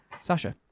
Sasha